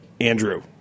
Andrew